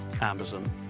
Amazon